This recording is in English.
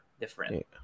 different